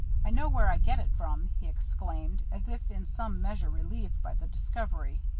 i know where i get it from, he exclaimed, as if in some measure relieved by the discovery.